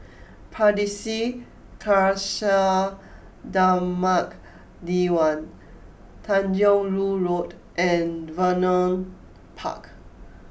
Pardesi Khalsa Dharmak Diwan Tanjong Rhu Road and Vernon Park